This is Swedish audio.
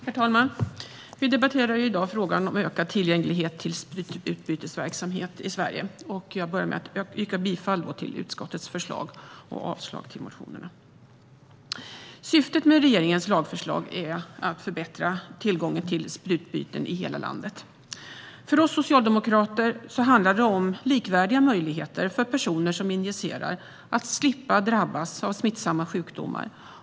Herr talman! Vi debatterar i dag frågan om ökad tillgänglighet till sprututbytesverksamhet i Sverige. Jag börjar med att yrka bifall till utskottets förslag och avslag på motionerna. Syftet med regeringens lagförslag är att förbättra tillgången till sprututbyten i hela landet. För oss socialdemokrater handlar det om likvärdiga möjligheter för personer som injicerar att slippa drabbas av smittsamma sjukdomar.